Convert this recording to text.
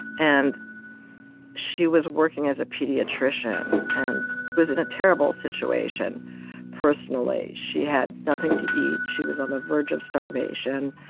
and she was working as a pediatrician and was in a terrible situation personally. she had nothing to eat. she was on the verge of starvation.